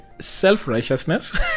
self-righteousness